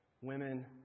women